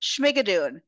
Schmigadoon